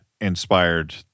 inspired